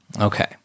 okay